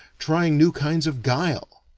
trying new kinds of guile.